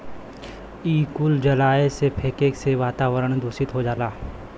इ कुल जलाए से, फेके से वातावरन दुसित हो जाला